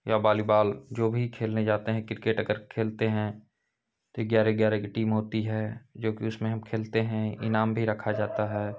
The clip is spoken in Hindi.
या वॉलीबॉल जो भी खेलने जाते हैं क्रिकेट अगर खेलते हैं ग्यारह ग्यारह की टीम होती है जोकि उसमें हम खेलते हैं इनाम भी रखा जाता है